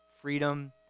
freedom